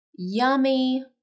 Yummy